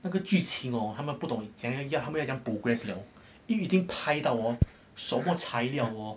那个剧情哦他们不懂怎样要 progress 了因为已经拍到哦什么材料哦